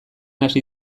hasi